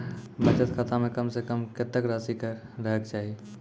बचत खाता म कम से कम कत्तेक रासि रहे के चाहि?